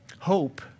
Hope